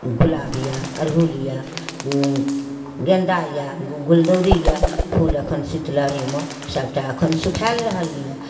गुलाब अइ अड़हुल अइ गेन्दा अइ गुलदौरी अइ फूल एखन शीतलहरीमे सबटा एखन सुखाएल रहल अइ